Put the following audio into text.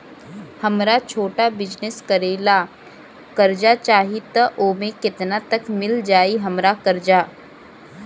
हमरा छोटा बिजनेस करे ला कर्जा चाहि त ओमे केतना तक मिल जायी हमरा कर्जा?